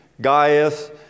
Gaius